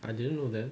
I didn't know that